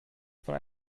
von